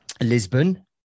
Lisbon